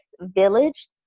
village